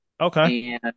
Okay